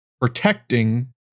protecting